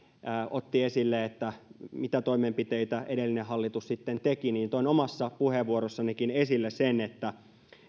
otti esille että mitä toimenpiteitä edellinen hallitus sitten teki toin omassa puheenvuorossanikin esille sen että